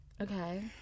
Okay